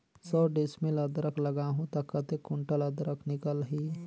सौ डिसमिल अदरक लगाहूं ता कतेक कुंटल अदरक निकल ही?